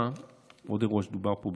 עוד אירוע שדובר פה,